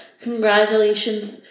congratulations